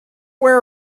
where